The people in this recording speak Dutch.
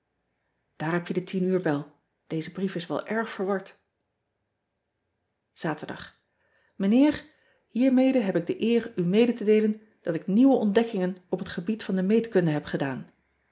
aar heb je de uur bel eze brief is wel erg verward ean ebster adertje angbeen aterdag ijnheer iermede heb ik de eer u mede te deelen dat ik nieuwe ontdekkingen op het gebied van de meetkunde heb gedaan